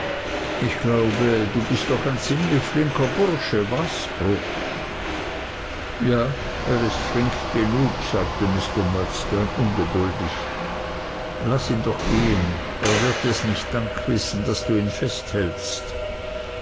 ich glaube du bist doch ein ziemlich flinker bursche was brooks ja er ist flink genug sagte mr murdstone ungeduldig laß ihn doch gehen er wird dirs nicht dank wissen daß du ihn festhältst